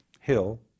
Hill